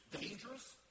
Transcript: dangerous